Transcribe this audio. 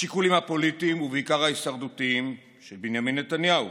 השיקולים הפוליטיים ובעיקר ההישרדותיים של בנימין נתניהו